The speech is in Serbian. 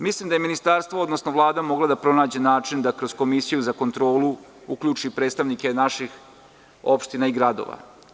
Mislim da je ministarstvo, odnosno Vlada mogla da pronađe način da kroz Komisiju za kontrolu uključi predstavnike naših opština i gradova.